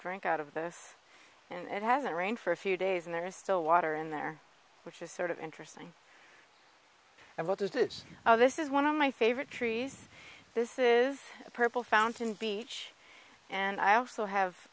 drink out of this and it hasn't rained for a few days and there is still water in there which is sort of interesting and what does all this is one of my favorite trees this is a purple fountain beach and i also have